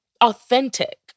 authentic